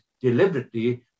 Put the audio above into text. deliberately